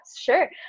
sure